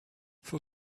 for